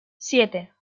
siete